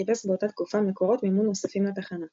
חיפש באותה תקופה מקורות מימון נוספים לתחנה.